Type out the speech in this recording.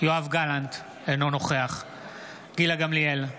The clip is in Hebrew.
יואב גלנט, אינו נוכח גילה גמליאל,